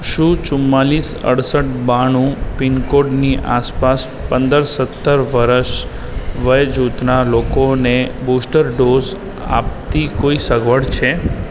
શું ચુમ્માળીસ અડસઠ બાણું પિનકોડની આસપાસ પંદર સત્તર વર્ષ વયજૂથના લોકોને બૂસ્ટર ડોઝ આપતી કોઈ સગવડ છે